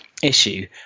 issue